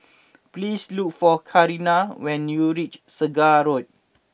please look for Carina when you reach Segar Road